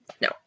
No